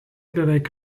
beveik